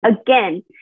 Again